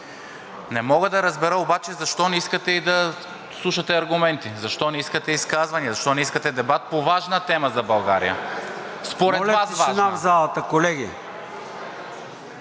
Не мога да разбера обаче защо не искате и да слушате аргументи, защо не искате изказвания, защо не искате дебат по важна тема за България? (Шум и